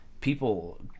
people